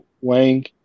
Wang